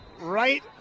right